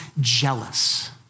jealous